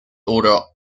order